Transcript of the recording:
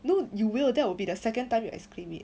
no you will that will be the second time you exclaim it